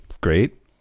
great